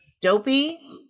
Dopey